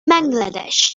bangladesh